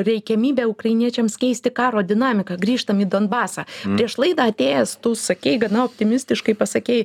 reikiamybę ukrainiečiams keisti karo dinamiką grįžtam į donbasą prieš laidą atėjęs tu sakei gana optimistiškai pasakei